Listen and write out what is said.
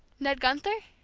ned gunther?